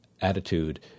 attitude